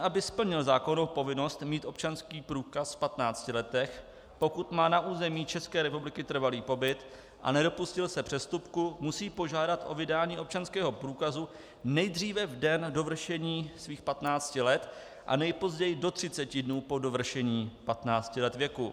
Aby občan splnil zákonnou povinnost mít občanský průkaz v patnácti letech, pokud má na území České republiky trvalý pobyt a nedopustil se přestupku, musí požádat o vydání občanského průkazu nejdříve v den dovršení svých patnácti let a nejpozději do 30 dnů od dovršení patnácti let věku.